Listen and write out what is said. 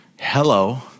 Hello